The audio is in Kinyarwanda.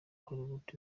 hollywood